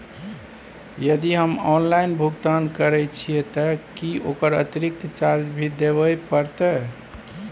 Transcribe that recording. यदि हम ऑनलाइन भुगतान करे छिये त की ओकर अतिरिक्त चार्ज भी देबे परतै?